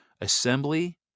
assembly